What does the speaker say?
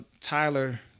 Tyler